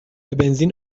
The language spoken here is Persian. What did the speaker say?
بنزین